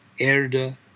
erde